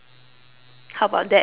how about that